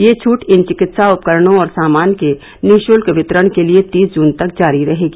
यह छूट इन चिकित्सा उपकरणों और सामान के निःशुक्ल वितरण के लिए तीस जून तक जारी रहेगी